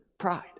pride